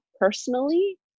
personally